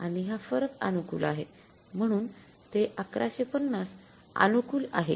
आणि हा फरक अनुकूल आहे म्हणून ते ११५० अनुकूल आहे